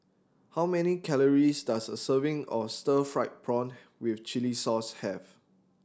how many calories does a serving of stir fried prawn with chili sauce have